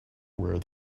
where